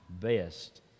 best